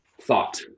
thought